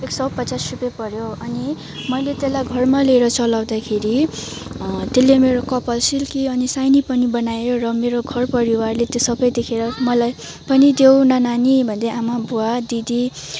एक सौ पचास रुपियाँ पऱ्यो अनि मैले त्यसलाई घरमा ल्याएर चलाउँदाखेरि त्यसले मेरो कपाल सिल्की अनि साइनी पनि बनायो र मेरो घर परिवारले त्यो सबै देखेर मलाई पनि देऊ न नानी भन्दै आमा बुवा दिदी